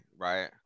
right